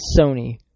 Sony